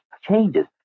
changes